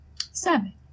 Seven